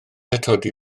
atodi